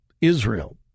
Israel